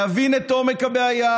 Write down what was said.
להבין את עומק הבעיה,